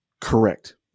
Correct